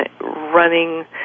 running